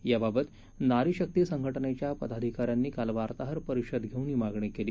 याबाबत नारी शक्ती संघटनेच्या पदाधिकाऱ्यांनी काल वार्ताहर परिषद घेऊन ही मागणी केली